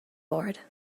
board